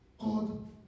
God